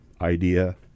idea